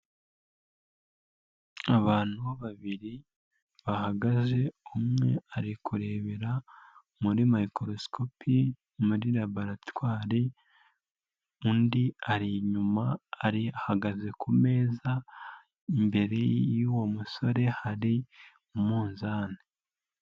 Abantu babiri bahagaze, umwe ari kurebera muri mayikorosikopi muri laboratwari, undi ari inyuma ari ahagaze ku meza imbere y'uwo musore hari umunzani.